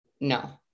No